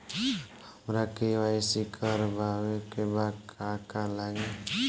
हमरा के.वाइ.सी करबाबे के बा का का लागि?